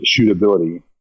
shootability